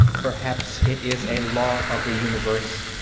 perhaps it is a law of the universe,